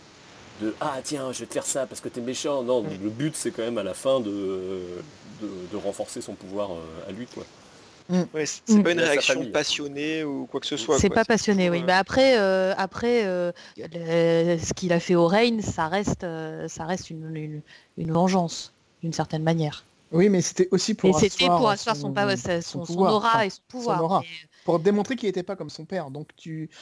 de, « Ah, tiens, je vais te faire ça parce que t'es méchant. » Non, Mm. le but, c'est quand même à la fin de- de- de renforcer son pouvoir, euh, à lui, quoi. Mm. Ouais, c'est- c'est Mm. pas Mm. une Et à sa réaction famille, hein. passionnée ou quoi que ce Oui. soit, C'est quoi. pas C'est- passionné, oui. Ouais. Mais après, euh, après, euh, le- ce qu'il a fait au Reign, ça reste, euh, ça reste une- une- une vengeance, d'une certaine manière. Oui, mais c'était aussi pour Et c'était asseoir pour asseoir son son- pa- ouais, son- son son- son pouvoir. aura Enfin, et son son pouvoir, aura. mais- Pour démontrer qu'il était pas comme son père. Donc, tu-